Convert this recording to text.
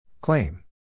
Claim